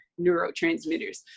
neurotransmitters